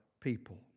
people